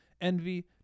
envy